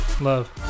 love